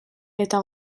eta